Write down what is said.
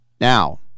Now